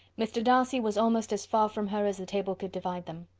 mr. darcy was almost as far from her as the table could divide them.